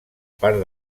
part